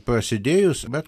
prasidėjus bet